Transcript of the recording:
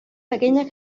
pequeñas